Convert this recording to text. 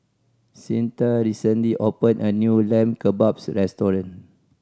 Cyntha recently opened a new Lamb Kebabs Restaurant